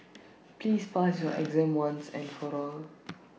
please pass your exam once and for all